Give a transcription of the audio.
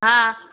हा